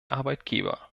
arbeitgeber